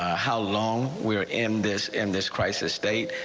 ah how long we're in this in this crisis state.